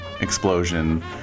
explosion